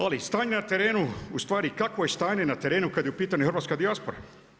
Ali stanje na terenu, ustvari kakvo je stanje na terenu kad je u pitanju hrvatska dijaspora?